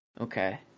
Okay